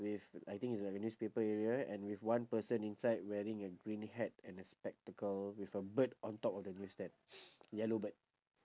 with I think it's like a newspaper area and with one person inside wearing a green hat and a spectacle with a bird on top of the news stand yellow bird